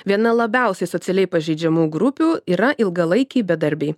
viena labiausiai socialiai pažeidžiamų grupių yra ilgalaikiai bedarbiai